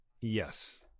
Yes